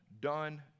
done